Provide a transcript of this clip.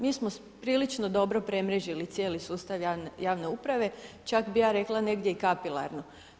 Mi smo prilično dobro premrežili cijeli sustav javne uprave, čak bi ja rekla negdje i kapilarno.